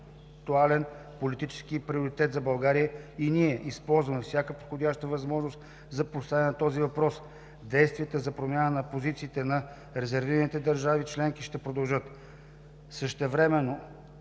актуален политически приоритет за България и ние използваме всяка подходяща възможност за поставяне на този въпрос. Действията за промяна на позициите на резервираните държави членки ще продължат. Същевременно